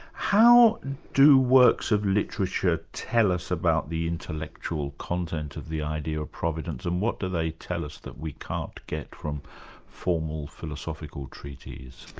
how do works of literature tell us about the intellectual content of the idea of providence, and what do they tell us that we can't get from formal philosophical treatise?